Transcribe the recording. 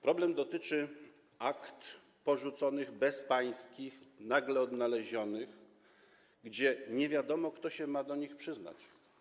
Problem dotyczy akt porzuconych, bezpańskich, nagle odnalezionych, gdy nie wiadomo, kto się ma do nich przyznać.